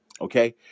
Okay